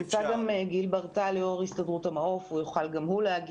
נמצא גם גיל בר-טל יו"ר הסתדרות המעוף גם הוא יוכל להגיב,